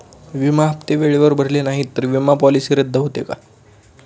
विमा हप्ते वेळेवर भरले नाहीत, तर विमा पॉलिसी रद्द होते का?